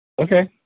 Okay